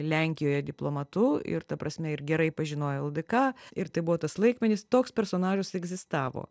lenkijoje diplomatu ir ta prasme ir gerai pažinojo ldk ir tai buvo tas laikmenis toks personažas egzistavo